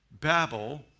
Babel